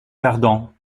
perdants